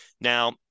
now